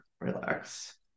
relax